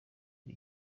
ari